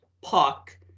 puck